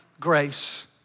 grace